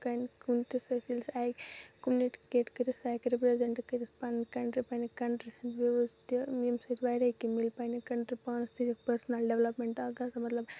کَنہِ کُنہِ تہِ سۭتۍ ییلہِ سُہ ہیٚکہِ کَمیونٕکیٹ کٔرِتھ سُہ ہیٚکہِ رِپریزَنٹ کٔرِتھ پَنٕنۍ کَنٹری پَننہِ کَنٹری ہِندۍ وِوٕز تہِ ییٚمہِ سۭتۍ واریاہ کیٚنٛہہ مِلہِ پَننہِ کَنٹری پانَس تہِ چھِ پٔرسٕنَل ڈیولَپمٮ۪نٹ اَکھ گَژھان مطلب